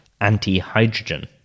anti-hydrogen